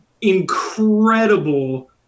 Incredible